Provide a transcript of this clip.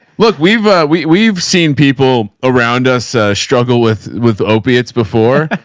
look, we've a, we we've seen people around us, a struggle with, with opiates before.